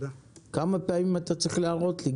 כמה פעמים אתה צריך להראות לי?